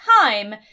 time